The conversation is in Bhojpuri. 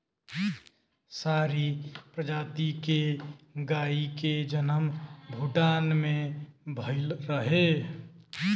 सीरी प्रजाति के गाई के जनम भूटान में भइल रहे